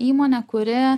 įmonė kuri